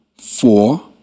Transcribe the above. four